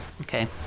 Okay